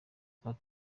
park